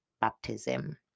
baptism